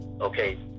Okay